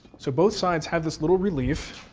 so both sides have this little relief.